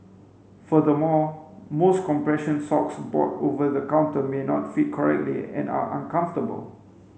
furthermore most compression socks bought over the counter may not fit correctly and are uncomfortable